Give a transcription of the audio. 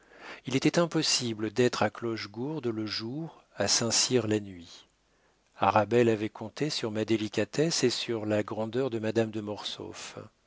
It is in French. il était impossible d'être à clochegourde le jour à saint-cyr la nuit arabelle avait compté sur ma délicatesse et sur la grandeur de madame de